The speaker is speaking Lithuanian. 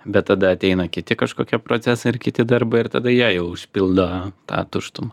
bet tada ateina kiti kažkokie procesai ir kiti darbai ir tada jie jau užpildo tą tuštumą